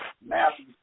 Matthew